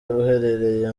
uherereye